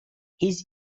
his